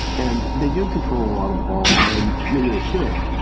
and they do control a lot of the ball, and maybe they should.